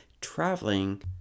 traveling